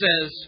says